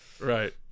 Right